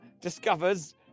discovers